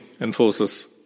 enforces